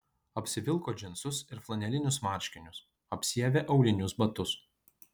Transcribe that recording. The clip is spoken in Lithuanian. apsivilko džinsus ir flanelinius marškinius apsiavė aulinius batus